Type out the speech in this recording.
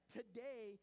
today